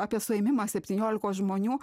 apie suėmimą septyniolikos žmonių